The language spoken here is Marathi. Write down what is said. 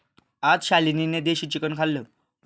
आज शालिनीने देशी चिकन खाल्लं